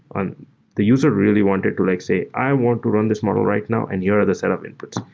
and the user really wanted to like say, i want to run this model right now and here are the set up inputs.